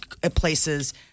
places